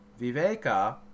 Viveka